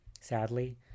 sadly